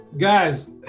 guys